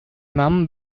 mum